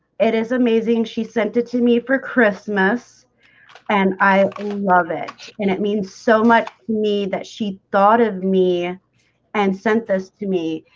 it is amazing. she sent it to me for christmas and i loved it and it means so much me that she thought of me and sent this to me,